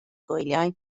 gwyliau